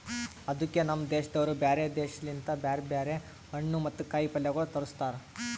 ಅದುಕೆ ನಮ್ ದೇಶದವರು ಬ್ಯಾರೆ ಬ್ಯಾರೆ ದೇಶ ಲಿಂತ್ ಬ್ಯಾರೆ ಬ್ಯಾರೆ ಹಣ್ಣು ಮತ್ತ ಕಾಯಿ ಪಲ್ಯಗೊಳ್ ತರುಸ್ತಾರ್